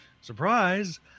Surprise